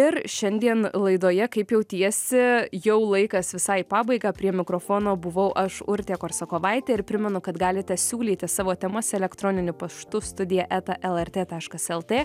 ir šiandien laidoje kaip jautiesi jau laikas visai į pabaigą prie mikrofono buvau aš urtė korsakovaitė ir primenu kad galite siūlyti savo temas elektroniniu paštu studija eta lrt taškas lt